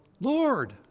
Lord